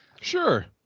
sure